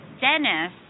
Dennis